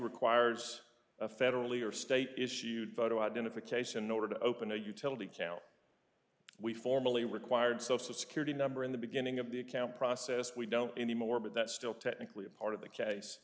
requires a federally or state issued photo identification order to open a utility cow we formally required social security number in the beginning of the account process we don't anymore but that's still technically a part of the case